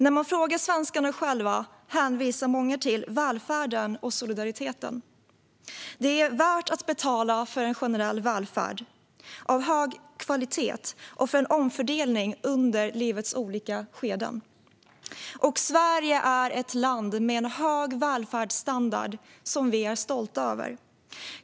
När man frågar svenskarna själva hänvisar många till välfärden och solidariteten. Det är värt att betala för en generell välfärd av hög kvalitet och för en omfördelning under livets olika skeden. Sverige är ett land med en hög välfärdsstandard som vi är stolta över.